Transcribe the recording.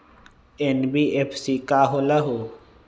NBFC का होलहु?